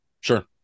Sure